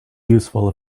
useful